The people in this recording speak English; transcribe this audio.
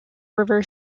river